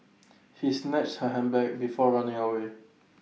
he snatched her handbag before running away